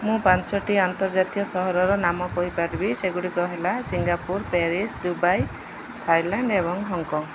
ମୁଁ ପାଞ୍ଚଟି ଆନ୍ତର୍ଜାତୀୟ ସହରର ନାମ କହିପାରିବି ସେଗୁଡ଼ିକ ହେଲା ସିଙ୍ଗାପୁର ପ୍ୟାରିସ ଦୁବାଇ ଥାଇଲାଣ୍ଡ ଏବଂ ହଂକଂ